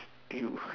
still